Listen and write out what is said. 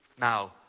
Now